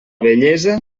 vellesa